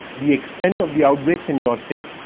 the extent of the outbreaks in your state,